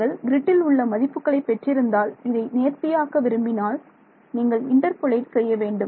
நீங்கள் க்ரிட்டில் உள்ள மதிப்புகளை பெற்றிருந்தால் இதை நேர்த்தியாக விரும்பினால் நீங்கள் இன்டர்பொலேட் செய்ய வேண்டும்